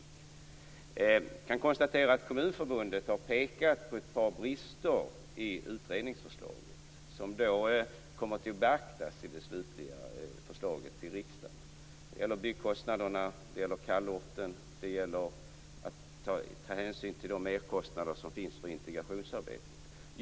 Jag kan konstatera att Kommunförbundet har pekat på ett par brister i utredningsförslaget som kommer att beaktas i det slutliga förslaget till riksdagen. Det gäller byggkostnaderna, kallorten och frågan om att ta hänsyn till merkostnader för integrationsarbetet.